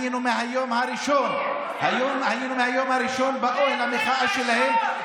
היינו מהיום הראשון באוהל המחאה שלהם,